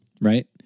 right